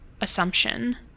assumption